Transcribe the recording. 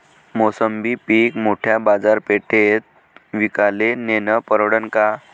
मोसंबी पीक मोठ्या बाजारपेठेत विकाले नेनं परवडन का?